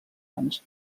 anys